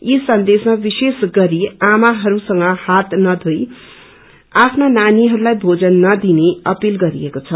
यी संदेशमा विशेष गरी आमाहरूसँग हात नधोई आफ्ना नानीहरूलाई भोजन नदिने अपिल गरिएको छ